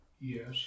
Yes